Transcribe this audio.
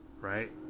right